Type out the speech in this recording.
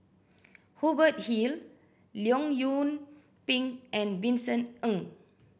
Hubert Hill Leong Yoon Pin and Vincent Ng